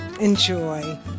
Enjoy